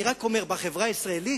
אני רק אומר שבחברה הישראלית